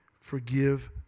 forgive